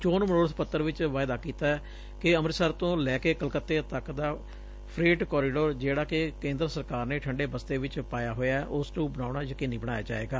ਚੋਣ ਮਨੋਰਥ ਪੱਤਰ ਚ ਵਾਇਦਾ ਕੀਤਾ ਕਿ ਅੰਮਿਤਸਰ ਤੋਂ ਲੈ ਕੇ ਕਲਕੱਤੇ ਤੱਕ ਦਾ ਫਰੇਟ ਕੌਰੀਡੋਰ ਜਿਹੜਾ ਕਿ ਕੇਂਦਰ ਸਰਕਾਰ ਨੇ ਠੰਢੇ ਬਸਤੇ ਵਿਚ ਪਾਇਆ ਹੋਇਐ ਉਸ ਨੂੰ ਬਣਾਉਣਾ ਯਕੀਨੀ ਬਣਾਇਆ ਜਾਵੇਗਾ